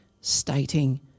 stating